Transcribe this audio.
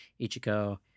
Ichiko